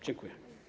Dziękuję.